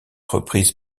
reprise